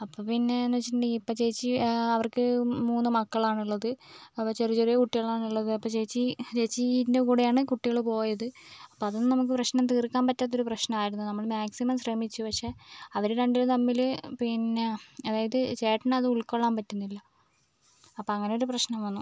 അപ്പോൾ പിന്നെയെന്ന് വെച്ചിട്ടുണ്ടെങ്കിൽ ഇപ്പോൾ ചേച്ചി അവർക്ക് മൂന്ന് മക്കളാണ് ഉള്ളത് അപ്പം ചെറിയ ചെറിയ കുട്ടികളാണ് ഉള്ളത് അപ്പം ചേച്ചി ചേച്ചീൻ്റെ കൂടെയാണ് കുട്ടികൾ പോയത് അപ്പം അതൊന്നും നമുക്ക് പ്രശ്നം തീർക്കാൻ പറ്റാത്ത ഒരു പ്രശ്നം ആയിരുന്നു നമ്മൾ മാക്സിമം ശ്രമിച്ചു പക്ഷെ അവർ രണ്ട് പേരും തമ്മിൽ പിന്നെ അതായത് ചേട്ടന് അത് ഉൾകൊള്ളാൻ പറ്റുന്നില്ല അപ്പോൾ അങ്ങനെ ഒരു പ്രശ്നം വന്നു